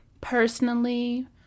Personally